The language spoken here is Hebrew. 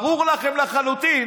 ברור לכם לחלוטין